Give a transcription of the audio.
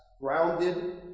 Grounded